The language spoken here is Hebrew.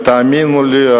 ותאמינו לי,